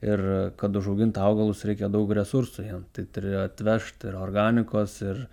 ir kad užaugint augalus reikia daug resursų jiem tai turi atvežt ir organikos ir